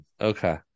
Okay